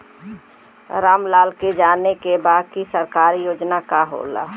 राम लाल के जाने के बा की सरकारी योजना का होला?